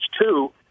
two